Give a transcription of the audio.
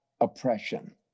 oppression